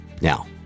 Now